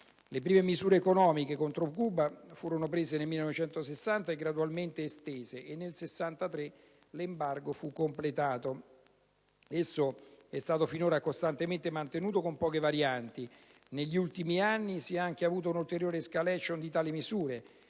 Le prime misure economiche contro Cuba furono prese nel 1960 e gradualmente estese. Nel 1963 l'embargo fu completato. Esso è stato finora costantemente mantenuto con poche varianti. Negli ultimi anni si è anche avuta un'ulteriore *escalation* di tali misure,